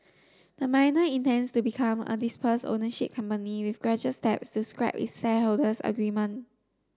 the miner intends to become a dispersed ownership company with gradual steps to scrap its shareholders agreement